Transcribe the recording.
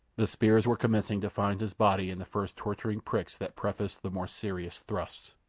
the spears were commencing to find his body in the first torturing pricks that prefaced the more serious thrusts.